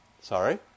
Sorry